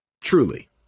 truly